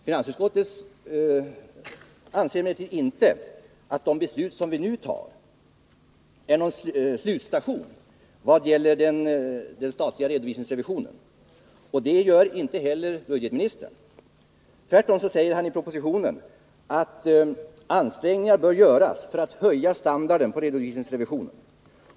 Finansutskottet anser emellertid inte att de beslut som nu skall fattas innebär någon slutstation vad gäller den statliga redovisningsrevisionen. Det gör inte heller budgetministern. Tvärtom säger han i propositionen att ansträngningar bör göras för att höja standarden på redovisningsrevisionen.